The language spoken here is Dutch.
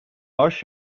als